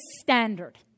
standard